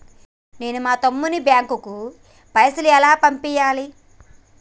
నేను మా తమ్ముని బ్యాంకుకు పైసలు ఎలా పంపియ్యాలి?